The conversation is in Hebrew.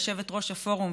יושבת-ראש הפורום,